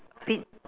repeat